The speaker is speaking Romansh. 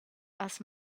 has